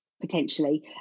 potentially